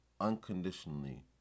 unconditionally